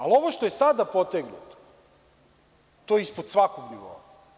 Ali, ovo što je sada potegnuto, to je ispod svakog nivoa.